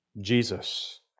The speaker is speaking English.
Jesus